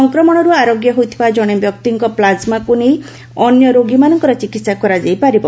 ସଂକ୍ରମଣରୁ ଆରୋଗ୍ୟ ହେଉଥିବା ଜଣେ ବ୍ୟକ୍ତିଙ୍କ ପ୍ଲାଜମାକୁ ନେଇ ଅନ୍ୟରୋଗୀମାନଙ୍କର ଜିକିସ୍ତା କରାଯାଇ ପାରିବ